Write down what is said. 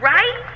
Right